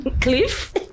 cliff